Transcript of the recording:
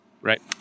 Right